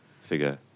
figure